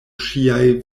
ŝiaj